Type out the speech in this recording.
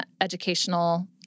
educational